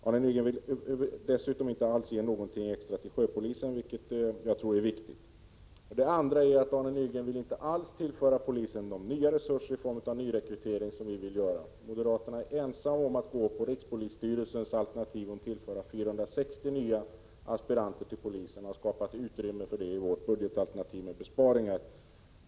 Arne Nygren vill dessutom inte ge något extra alls till sjöpolisen, vilket jag tror är viktigt. Arne Nygren vill heller inte tillföra polisen de ytterligare resurser i form av nyrekrytering som vi vill göra. Moderaterna är ensamma om att gå på rikspolisstyrelsens alternativ om att tillföra 460 nya aspiranter till polisen, och vi har skapat utrymme för det i vårt budgetalternativ med besparingar.